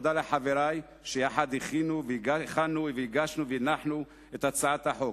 תודה לחברי שיחד הכנו והגשנו והנחנו את הצעת החוק,